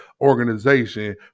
organization